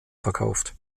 verkauft